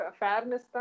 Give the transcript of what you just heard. fairness